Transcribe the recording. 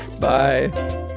Bye